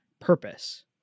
purpose